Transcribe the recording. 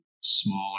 smaller